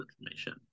information